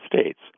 States